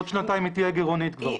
עוד שנתיים היא תהיה גרעונית כבר.